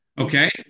Okay